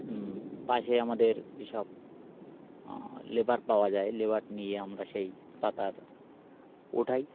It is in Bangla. পাশে আমাদের যেসব লেবার পাওয়া যায় লেবার নিয়ে আমরা সেই পাতার ওঠাই